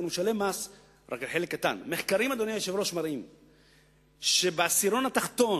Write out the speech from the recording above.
אדוני היושב-ראש, תדע